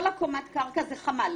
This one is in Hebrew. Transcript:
כל קומת הקרקע זה חמ"ל.